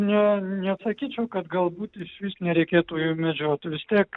ne nesakyčiau kad galbūt išvis nereikėtų jų medžiot vis tiek